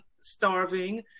starving